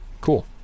Cool